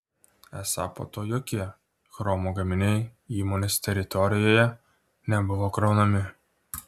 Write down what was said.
esą po to jokie chromo gaminiai įmonės teritorijoje nebuvo kraunami